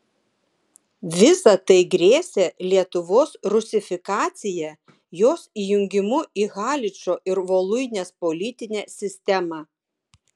visa tai grėsė lietuvos rusifikacija jos įjungimu į haličo ir voluinės politinę sistemą